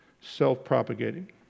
self-propagating